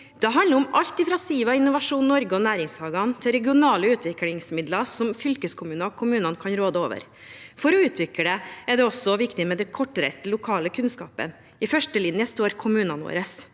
Det handler om alt fra Siva, Innovasjon Norge og næringshagene til regionale utviklingsmidler som fylkeskommunene og kommunene kan råde over. For å utvikle er det også viktig med den kortreiste lokale kunnskapen. I førstelinjen står kommunene våre,